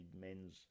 men's